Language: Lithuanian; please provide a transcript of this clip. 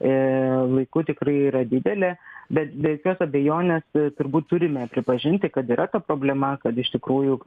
a laiku tikrai yra didelės bet be jokios abejonės turbūt turime pripažinti kad yra ta problema kad iš tikrųjų